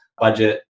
budget